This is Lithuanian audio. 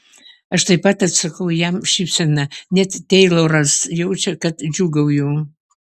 aš taip pat atsakau jam šypsena net teiloras jaučia kad džiūgauju